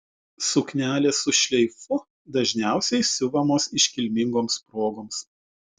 suknelės su šleifu dažniausiai siuvamos iškilmingoms progoms